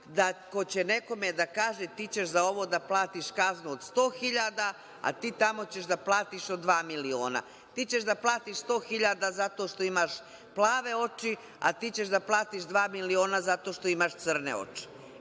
taj ko će nekome da kaže – ti ćeš za ovo da platiš kaznu od 100 hiljada a ti tamo ćeš da platiš od dva miliona? Ti ćeš da platiš 100 hiljada zato što imaš plave oči, a ti ćeš da platiš dva miliona zato što imaš crne oči.